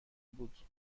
بود